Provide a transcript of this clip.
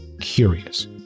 curious